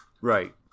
Right